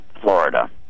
Florida